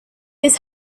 his